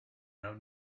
out